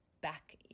back